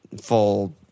full